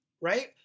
right